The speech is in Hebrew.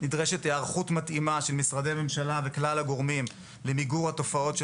נדרשת היערכות מתאימה של משרדי ממשלה וכלל הגורמים למיגור התופעות של